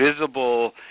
visible